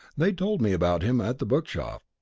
they told me about him at the bookshop.